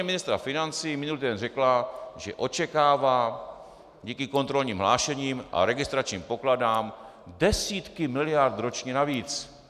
Náměstkyně ministra financí minulý týden řekla, že očekává díky kontrolním hlášením a registračním pokladnám desítky miliard ročně navíc.